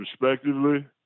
respectively